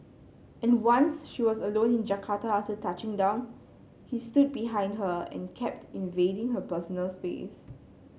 and once she was alone in Jakarta after touching down he stood behind her and kept invading her personal space